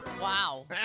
Wow